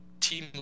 team